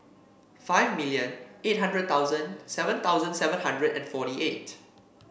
five million eight hundred thousand seven thousand seven hundred and fourty eight